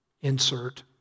insert